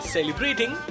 Celebrating